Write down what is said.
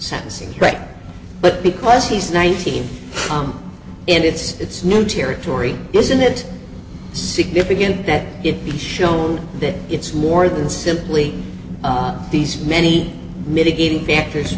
sentencing right but because he's nineteen come in it's it's new territory isn't it significant that it be shown that it's more than simply these many mitigating factors